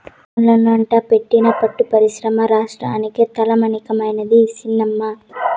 మనోట్ల పెట్టిన పట్టు పరిశ్రమ రాష్ట్రానికే తలమానికమైనాది సినమ్మా